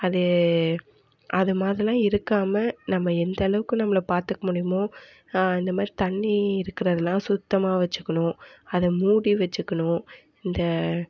அது அது மாதிரிலாம் இருக்காமல் நம்ம எந்த அளவுக்கு நம்மளை பார்த்துக்க முடியுமோ அந்த மாதிரி தண்ணி இருக்கிறதுலாம் சுத்தமாக வச்சிக்கணும் அதை மூடி வச்சிக்கணும் இந்த